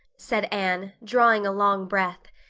said anne, drawing a long breath.